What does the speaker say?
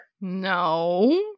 No